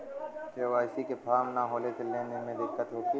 KYC के form न होले से लेन देन में दिक्कत होखी?